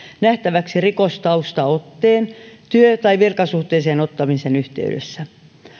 nähtäväksi rikostaustaotteen työ tai virkasuhteeseen ottamisen yhteydessä